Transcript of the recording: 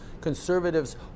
conservatives